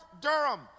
Durham